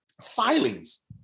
filings